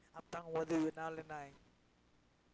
ᱟᱛᱚᱝᱵᱟᱹᱫᱤ ᱵᱮᱱᱟᱣ ᱞᱮᱱᱟᱭ